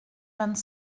vingt